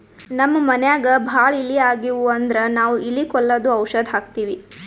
ನಮ್ಮ್ ಮನ್ಯಾಗ್ ಭಾಳ್ ಇಲಿ ಆಗಿವು ಅಂದ್ರ ನಾವ್ ಇಲಿ ಕೊಲ್ಲದು ಔಷಧ್ ಹಾಕ್ತಿವಿ